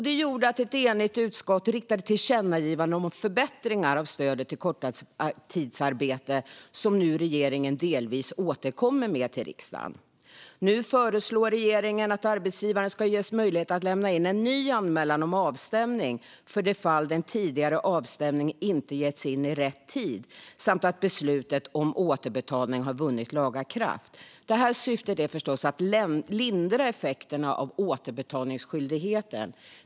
Det gjorde att ett enigt utskott riktade tillkännagivanden om förbättringar av stödet till korttidsarbete som nu regeringen delvis återkommer med till riksdagen. Nu föreslår regeringen att arbetsgivaren ska ges möjlighet att lämna in en ny anmälan om avstämning för det fall den tidigare avstämningen inte getts in i rätt tid samt att beslutet om återbetalning har vunnit laga kraft. Syftet är förstås att lindra effekterna av återbetalningsskyldigheten.